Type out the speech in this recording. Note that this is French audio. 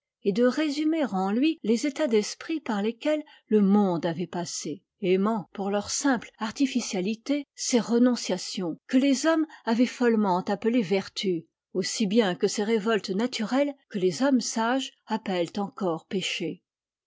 et de résumer en lui les états d'esprit par lesquels le monde avait passé aimant pour leur simple artificialité ces renonciations que les hommes avaient follement appelées vertus aussi bien que ces révoltes naturelles que les hommes sages appellent encore péchés